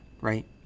right